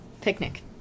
picnic